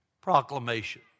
proclamation